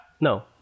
No